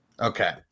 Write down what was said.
Okay